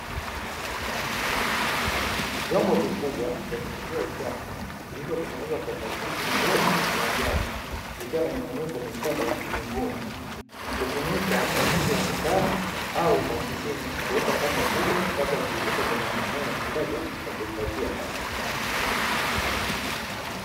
Vyombo vikubwa vya kutupia uchafu vilivyotengenezwa kwa plastiki ngumu ya njano vikiwa na mifuniko mikubwa migumu, hutumika nje ya mtaa au maofisini kuweka taka kubwa kabla ya kuzitupa kwenye maeneo makubwa ya kuhifadhia taka.